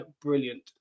brilliant